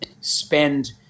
spend